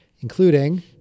including